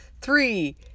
three